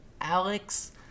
Alex